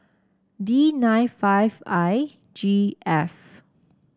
D nine five I G F